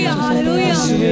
hallelujah